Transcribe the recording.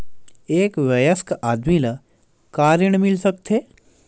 एक वयस्क आदमी ल का ऋण मिल सकथे?